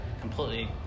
completely